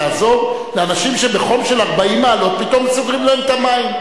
לעזור לאנשים שבחום של 40 מעלות פתאום סוגרים להם את המים.